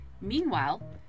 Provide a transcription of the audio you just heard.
Meanwhile